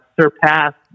surpassed